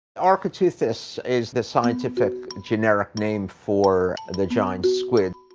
architeuthis is the scientific generic name for the giant squid.